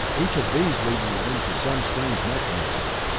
each of these leading into some strange mechanism.